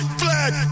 flag